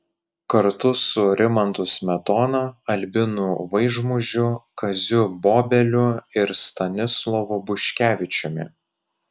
kartu su rimantu smetona albinu vaižmužiu kaziu bobeliu ir stanislovu buškevičiumi